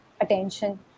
attention